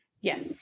Yes